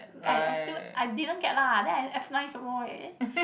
I I still I didn't get lah then I F nine some more eh